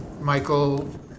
michael